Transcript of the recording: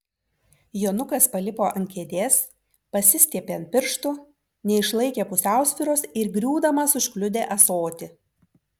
jonukas palipo ant kėdės pasistiepė ant pirštų neišlaikė pusiausvyros ir griūdamas užkliudė ąsotį